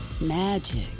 Magic